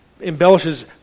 embellishes